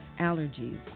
allergies